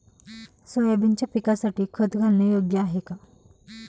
सोयाबीनच्या पिकासाठी खत घालणे योग्य आहे का?